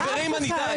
חברים, די.